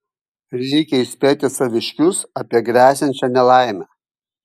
reikia įspėti saviškius apie gresiančią nelaimę